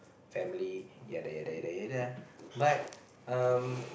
family yea de yea de yea de yea de but um